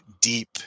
deep